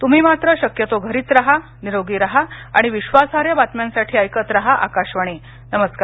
तुम्ही मात्र शक्यतो घरीच राहा निरोगी राहा आणि विश्वासार्ह बातम्यांसाठी ऐकत राहा आकाशवाणी नमस्कार